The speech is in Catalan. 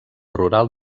rural